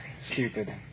stupid